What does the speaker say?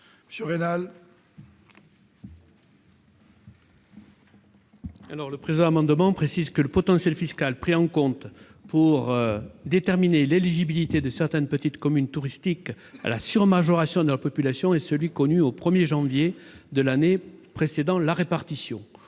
rapporteur spécial. Le présent amendement vise à préciser que le potentiel fiscal pris en compte pour déterminer l'éligibilité de certaines petites communes touristiques à la sur-majoration de leur population est celui qui est connu au 1 janvier de l'année précédant la répartition.